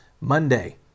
Monday